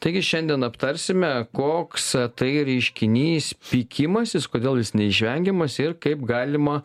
taigi šiandien aptarsime koks tai reiškinys pykimasis kodėl jis neišvengiamas ir kaip galima